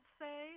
say